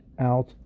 out